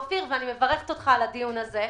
אני מברכת אותך אופיר על הדיון הזה,